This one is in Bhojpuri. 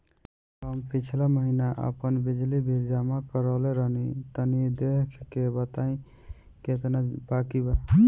हम पिछला महीना आपन बिजली बिल जमा करवले रनि तनि देखऽ के बताईं केतना बाकि बा?